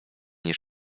niż